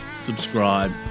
subscribe